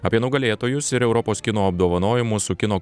apie nugalėtojus ir europos kino apdovanojimus su kino